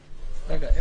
קטגוריות,